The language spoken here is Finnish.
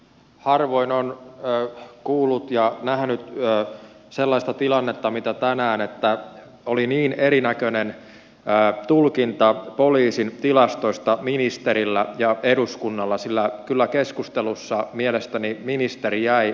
harvoin olen kuullut ja nähnyt sellaista tilannetta mikä oli tänään että on niin erinäköinen tulkinta poliisin tilastoista ministerillä ja eduskunnalla sillä kyllä keskustelussa mielestäni ministeri jäi aika yksin